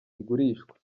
igurishwa